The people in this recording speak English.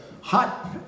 Hot